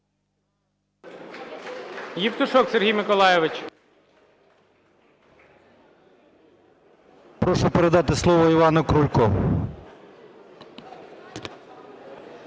Прошу передати слово Івану Крульку.